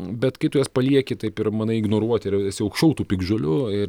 bet kai tu jas palieki taip ir manai ignoruoti ir esi aukščiau tų piktžolių ir